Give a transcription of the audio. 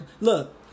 Look